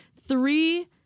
three